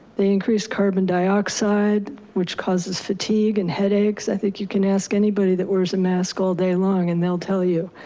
they increase carbon dioxide, which causes fatigue and headaches. i think you can ask anybody that wears a mask all day long and they'll tell you,